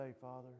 Father